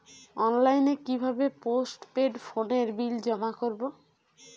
অনলাইনে কি ভাবে পোস্টপেড ফোনের বিল জমা করব?